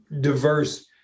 diverse